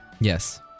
Yes